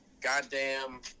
Goddamn